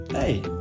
Hey